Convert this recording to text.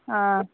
ಹಾಂ